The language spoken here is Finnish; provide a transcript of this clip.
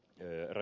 puhemies